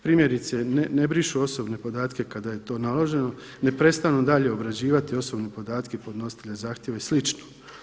Primjerice, ne brišu osobne podatke kada je to naloženo, neprestano dalje obrađivati osobne podatke podnositelja zahtjeva i slično.